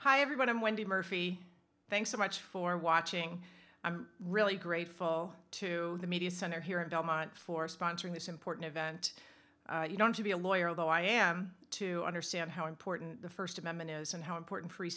hi everyone i'm wendy murphy thanks so much for watching i'm really grateful to the media center here in belmont for sponsoring this important event you don't to be a lawyer although i am to understand how important the st amendment is and how important free